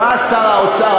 בא שר האוצר,